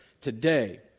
today